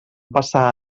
passar